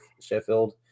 Sheffield